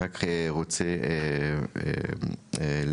רק רוצה להדגיש,